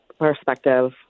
perspective